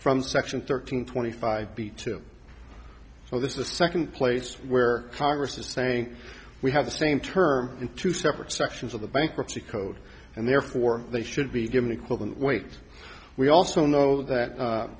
from section thirteen twenty five b two so this is the second place where congress is saying we have the same term in two separate sections of the bankruptcy code and therefore they should be given equivalent weight we also know that